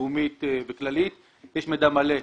לאומית וכללית יש מידע מלא.